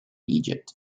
egypt